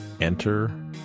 enter